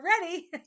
ready